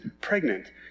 pregnant